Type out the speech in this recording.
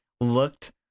looked